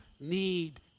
need